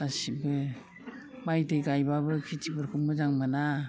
गासैबो माइ दै गायबाबो खेथिफोरखौ मोजां मोना